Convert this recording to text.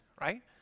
right